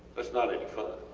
thats not any fun,